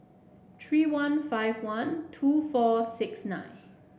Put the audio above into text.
three one five one two four six nine